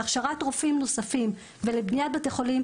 להכשרת רופאים נוספים ולבניית בתי חולים,